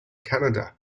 canada